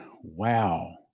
Wow